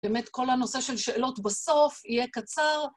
באמת כל הנושא של שאלות בסוף יהיה קצר.